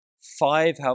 Five